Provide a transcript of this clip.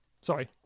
Sorry